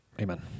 Amen